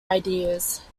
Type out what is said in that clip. ideas